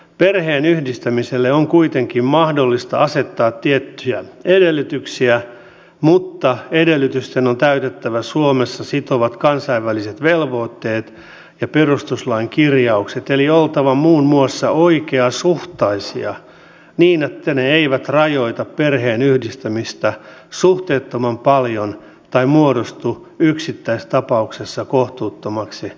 perheenyhdistämiselle on kuitenkin mahdollista asettaa tiettyjä edellytyksiä mutta edellytysten on täytettävä suomea sitovat kansainväliset velvoitteet ja perustuslain kirjaukset eli oltava muun muassa oikeasuhtaisia niin että ne eivät rajoita perheenyhdistämistä suhteettoman paljon tai muodostu yksittäistapauksessa kohtuuttomaksi